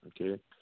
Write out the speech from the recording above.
Okay